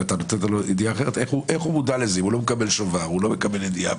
מודע לזה אם הוא לא מקבל שובר, הוא לא מקבל ידיעה?